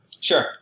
Sure